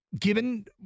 given